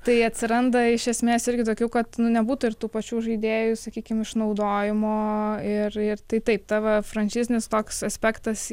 tai atsiranda iš esmės irgi tokių kad nu nebūtų ir tų pačių žaidėjų sakykim išnaudojimo ir ir tai taip tavo franšizinis toks aspektas